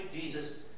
Jesus